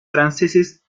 franceses